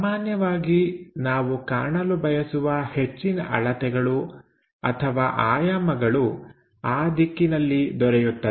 ಸಾಮಾನ್ಯವಾಗಿ ನಾವು ಕಾಣಲು ಬಯಸುವ ಹೆಚ್ಚಿನ ಅಳತೆಗಳು ಅಥವಾ ಆಯಾಮಗಳು ಆ ದಿಕ್ಕಿನಲ್ಲಿ ದೊರೆಯುತ್ತದೆ